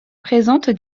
présente